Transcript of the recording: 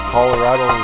Colorado